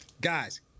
guys